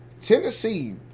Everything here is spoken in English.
Tennessee